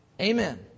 Amen